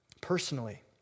personally